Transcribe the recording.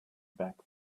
back